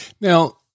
Now